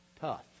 Tough